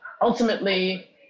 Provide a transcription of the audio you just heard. Ultimately